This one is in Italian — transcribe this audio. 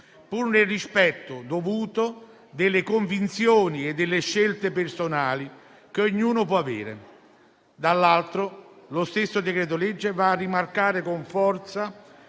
pur nel rispetto dovuto delle convinzioni e delle scelte personali che ognuno può avere. Dall'altro, lo stesso decreto-legge va a rimarcare con forza